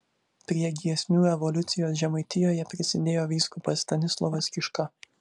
prie giesmių evoliucijos žemaitijoje prisidėjo vyskupas stanislovas kiška